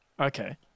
okay